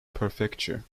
prefecture